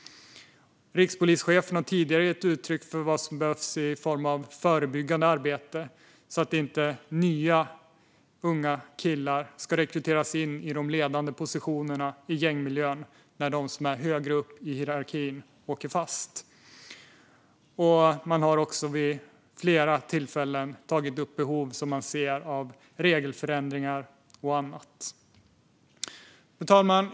Rikspolischefen har tidigare gett uttryck för vad som behövs i form av förebyggande arbete för att inte nya unga killar ska rekryteras till de ledande positionerna i gängmiljön när de som är högre upp i hierarkin åker fast. Man har också vid flera tillfällen tagit upp behov av regelförändringar och annat. Fru talman!